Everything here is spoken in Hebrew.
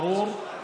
ברור.